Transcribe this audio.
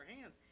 hands